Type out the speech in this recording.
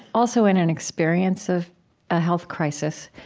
also in an experience of a health crisis.